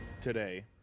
today